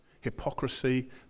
hypocrisy